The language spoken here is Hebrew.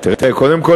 קודם כול,